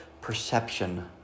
perception